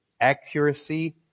accuracy